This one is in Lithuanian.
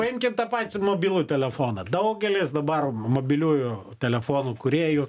paimkim tą patį mobilų telefoną daugelis dabar mobiliųjų telefonų kūrėjų